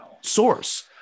source